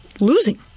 losing